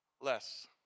less